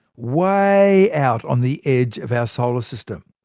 way out on the edge of our solar system.